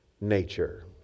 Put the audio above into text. nature